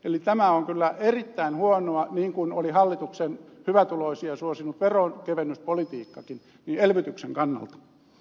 eli tämä on kyllä erittäin huonoa politiikkaa niin kuin oli hallituksen hyvätuloisia suosinut veronkevennyspolitiikkakin elvytyksen kannalta